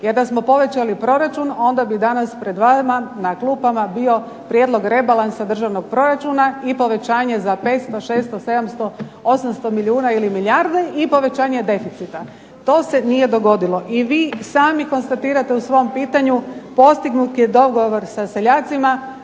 jer da smo povećali proračun onda bi danas pred vama na klupama bio prijedlog rebalansa državnog proračuna i povećanje za 500, 600, 700, 800 milijuna ili milijarde i povećanje deficita. To se nije dogodilo i vi sami konstatirate u svom pitanju postignut je dogovor sa seljacima.